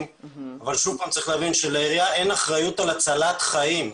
אבל צריך להבין שלעירייה אין אחריות על הצלת חיים.